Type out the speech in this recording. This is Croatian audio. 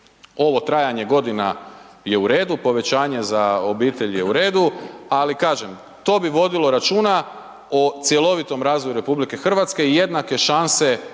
ovo trajanje godina je u redu, povećanje za obitelj je redu, ali kažem, to bi vodilo računa o cjelovitom razvoju RH i jednake šanse